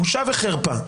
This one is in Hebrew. בושה וחרפה.